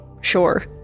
sure